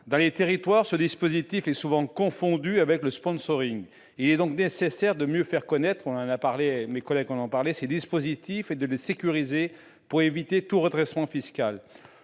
Dans les territoires, ce dispositif est souvent confondu avec le sponsoring. Il est donc nécessaire de mieux faire connaître ces dispositifs et de les sécuriser pour éviter tout redressement fiscal.